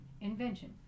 invention